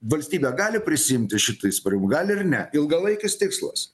valstybė gali prisiimti šitą įsipareigo gal ir ne ilgalaikis tikslas